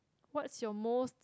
what's your most